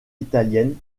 italienne